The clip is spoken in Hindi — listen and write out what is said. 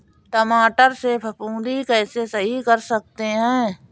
टमाटर से फफूंदी कैसे सही कर सकते हैं?